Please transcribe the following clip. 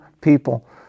people